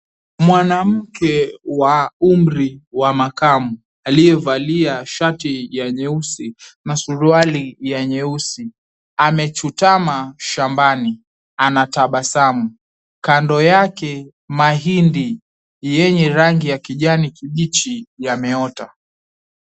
Mwanamke wa umri wa makamu, aliyevalia shati ya nyeusi, na suruali ya nyeusi. Amechutama shambani, anatabasamu. Kando yake mahindi yenye rangi ya kijani kibichi yameota.